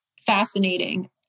fascinating